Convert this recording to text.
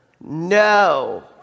No